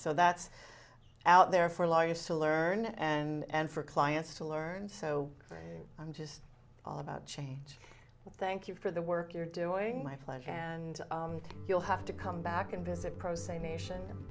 so that's out there for lawyers to learn and for clients to learn so i'm just all about change thank you for the work you're doing my pleasure and you'll have to come back and visit prozac nation